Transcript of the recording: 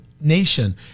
nation